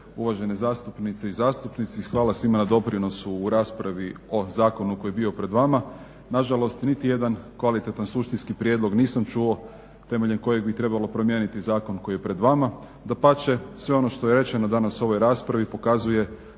Uvažene zastupnice i zastupnici. Hvala svima na doprinosu u raspravi o zakonu koji je bio pred vama. Nažalost, niti jedan kvalitetan suštinski prijedlog nisam čuo temeljem kojeg bi trebalo promijeniti zakon koji je pred vama. Dapače, sve ono što je rečeno danas u ovoj raspravi pokazuje